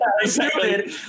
stupid